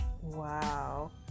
Wow